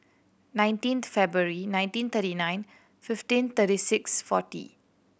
nineteen February nineteen thirty nine fifteen thirty six forty